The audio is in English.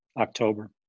October